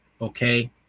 okay